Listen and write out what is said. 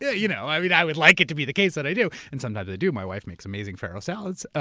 yeah you know i mean, i would like it to be the case that i do, and sometimes i do. my wife makes amazing farro salads,